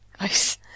Nice